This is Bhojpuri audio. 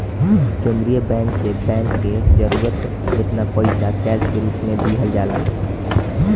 केंद्रीय बैंक से बैंक के जरूरत जेतना पईसा कैश के रूप में दिहल जाला